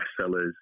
bestsellers